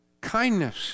kindness